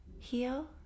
Heal